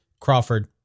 Crawford